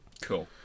Cool